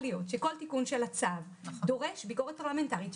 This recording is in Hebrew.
להיות שכל תיקון של הצו דורש ביקורת פרלמנטרית,